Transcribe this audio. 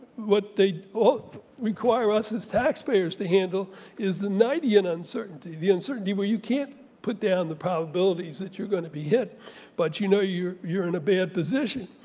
what they require us as taxpayers to handle is the ninety and uncertainty. the uncertainty where you can't put down the probabilities that you're going to be hit but you know you're you're in a bad position.